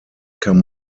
kann